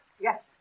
Yes